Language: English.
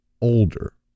older